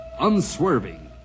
Unswerving